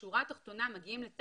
בשורה התחתונה אומרים,